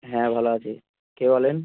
হ্যাঁ ভালো আছি কে বলেন